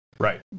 Right